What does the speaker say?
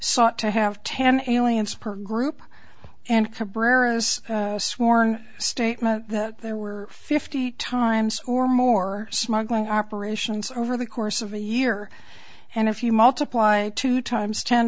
sought to have ten aliens per group and cabrera's sworn statement that there were fifty times or more smuggling operations over the course of a year and if you multiply two times ten